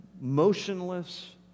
motionless